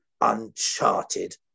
uncharted